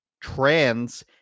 trans